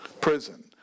prison